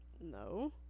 No